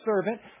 servant